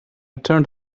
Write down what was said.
turned